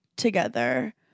Together